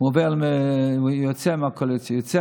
יוצא מהקואליציה, יוצא